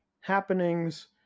happenings